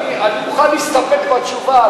אני מוכן להסתפק בתשובה,